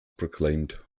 proclaimed